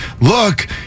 look